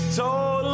total